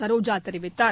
சரோஜா தெரிவித்தார்